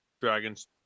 dragons